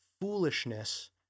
foolishness